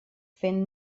fent